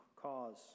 cause